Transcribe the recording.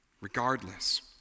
Regardless